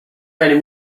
keine